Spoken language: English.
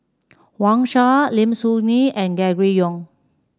Wang Sha Lim Soo Ngee and Gregory Yong